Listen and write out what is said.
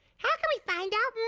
how can we find out more?